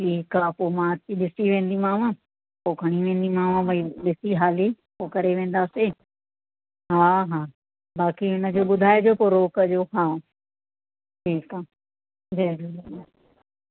ठीकु आहे पोइ मां ॾिसी वेंदी यमाव पो खणी वेंदी मांव भाई ॾिसी हाली पो करे वेंदासि हा हा बाकी हिन जो ॿुधाइजो पो रोक जो हा ठीक आ जय झूलेलाल